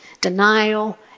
Denial